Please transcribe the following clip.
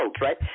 right